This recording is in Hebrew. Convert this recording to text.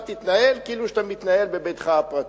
תתנהל בכביש כאילו שאתה מתנהל בביתך הפרטי.